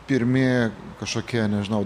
pirmi kažkokie nežinau